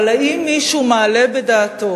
אבל האם מישהו מעלה בדעתו